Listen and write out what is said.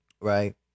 right